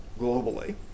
globally